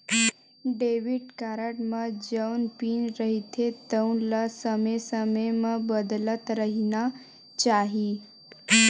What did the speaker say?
debit card म जउन PIN रहिथे तउन ल समे समे म बदलत रहिना चाही